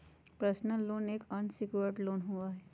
personal loan एक unsecured loan होबा हई